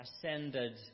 ascended